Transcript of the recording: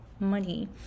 money